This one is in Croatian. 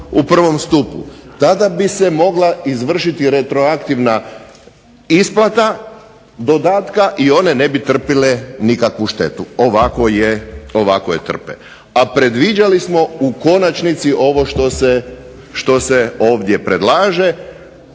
u prvom stupnju. Tada bi se mogla izvršiti retroaktivna isplata dodatka i one ne bi trpile nikakvu štetu. Ovako je trpe. A predviđali smo u konačnici ovo što se ovdje predlaže